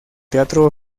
teatro